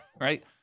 right